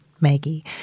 Maggie